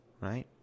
Right